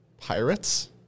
Pirates